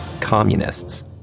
communists